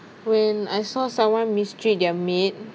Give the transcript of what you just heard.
when I saw someone mistreat their maid